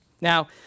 Now